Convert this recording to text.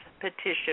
Petition